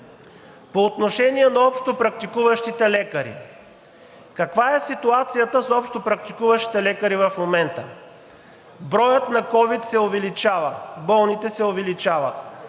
По отношение на общопрактикуващите лекари. Каква е ситуацията с общопрактикуващите лекари в момента? Броят на ковид се увеличава, болните се увеличават.